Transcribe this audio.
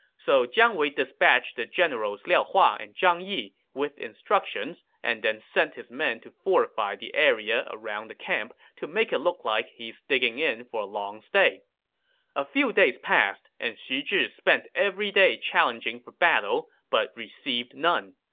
so jiang wei dispatched the generals liao hua and zhang yi with instructions and then sent his men to fortify the area around the camp to make it look like he's digging in for a long stay a few days passed, and xu zhi spent every day challenging for battle but received none.